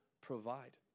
provide